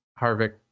Harvick